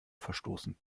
verstoßen